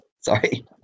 sorry